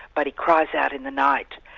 but he cries out in the night.